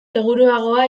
seguruagoa